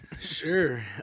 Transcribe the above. Sure